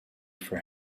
for